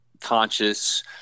conscious